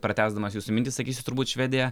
pratęsdamas jūsų mintį sakysiu turbūt švedija